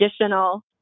additional